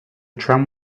tram